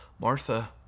Martha